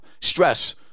Stress